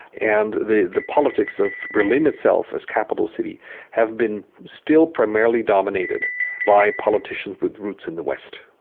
and the the politics of berlin itself as capital city have been still primarily dominated by politicians with roots in the west.